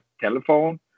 telephone